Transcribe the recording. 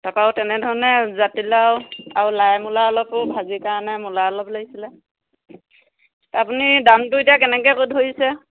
তাৰপৰা আও তেনেধৰণে জাতিলাও আৰু লাই মূলা অলপো ভাজিৰ কাৰণে মূলা অলপো লাগিছিলে আপুনি দামটো এতিয়া কেনেকেকৈ ধৰিছে